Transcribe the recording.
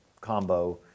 combo